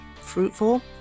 fruitful